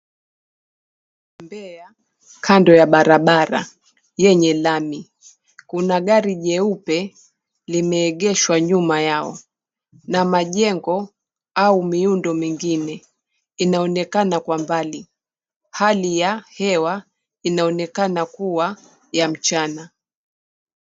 Mbea kando ya barabara yenye lami. Kuna gari jeupe limeegeshwa nyuma yao na majengo au miundo mingine inaonekana kwa mbali. Hali ya hewa inaonekana kuwa ya mchana.